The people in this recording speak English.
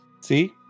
See